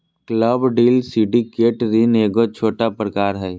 club deal syndicate ऋण के एगो छोटा प्रकार हय